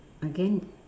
again